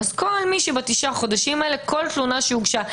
כל מי שבתשעת החודשים הללו כל תלונה שהוגשה,